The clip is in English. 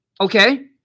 Okay